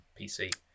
PC